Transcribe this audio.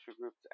groups